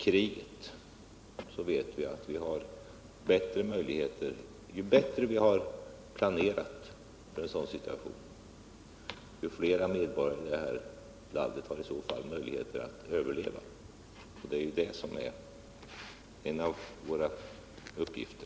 krig, vet vi att ju bättre vi har planerat, desto större möjligheter har vi och desto flera människor kommer i så fall att kunna överleva. Det är också en av våra uppgifter.